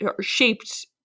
shaped